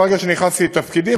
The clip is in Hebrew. מהרגע שנכנסתי לתפקידי,